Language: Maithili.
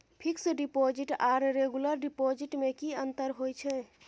फिक्स डिपॉजिट आर रेगुलर डिपॉजिट में की अंतर होय छै?